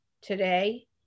today